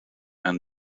and